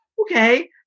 okay